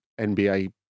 NBA